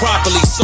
Properly